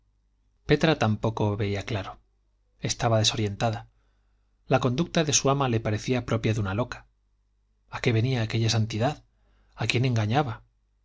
petra tampoco veía claro estaba desorientada la conducta de su ama le parecía propia de una loca a qué venía aquella santidad a quién engañaba